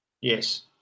Yes